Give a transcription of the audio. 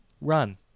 run